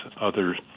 others